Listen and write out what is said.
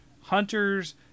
hunters